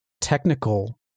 technical